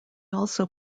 also